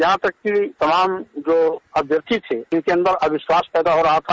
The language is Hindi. यहां तक कि तमाम जो अभ्यर्थी थे उनके अन्दर अविश्वास पैदा हो रहा था